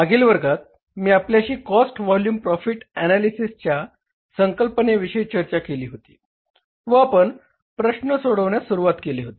मागील वर्गात मी आपल्याशी कॉस्ट व्हॉल्युम प्रॉफिट एनालिसिसच्या संकल्पने विषयी चर्चा केली होती व आपण प्रश्न सोडवण्यास सुरुवात केले होते